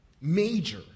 major